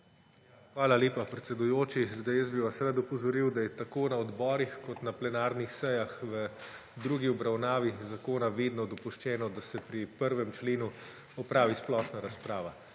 Hvala lepa, predsedujoči. Rad opozoril bi vas, da je tako na odborih kot na plenarnih sejah v drugi obravnavi zakona vedno dopuščeno, da se pri 1. členu opravi splošna razprava